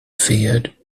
feared